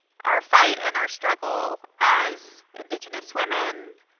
our fight and our struggle as indigenous women,